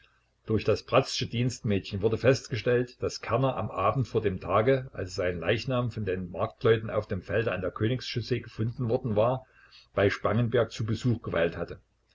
durch das bratzsche dienstmädchen wurde festgestellt daß kerner am abend vor dem tage als sein leichnam von den marktleuten auf dem felde an der königs chaussee gefunden worden war bei spangenberg zu besuch geweilt hatte